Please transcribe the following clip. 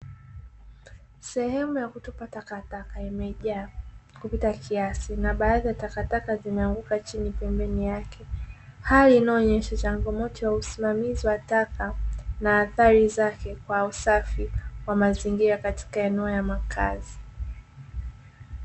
Sehemu ya kutupa takataka imejaa kupita kiasi na baadhi ya takataka zimeanguka chini pembeni yake, hali inayoonyesha changamoto ya usimamizi wa taka na athari zake kwa usafi wa mazingira katika eneo ya makazi.